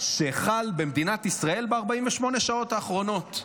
שחל במדינת ישראל ב-48 השעות האחרונות.